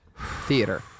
Theater